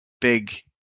big –